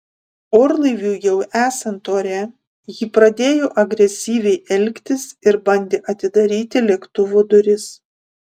orlaiviui jau esant ore ji pradėjo agresyviai elgtis ir bandė atidaryti lėktuvo duris